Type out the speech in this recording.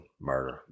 murder